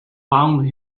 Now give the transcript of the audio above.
found